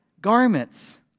garments